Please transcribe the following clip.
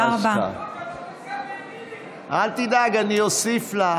אל תדאג, אני אוסיף לה.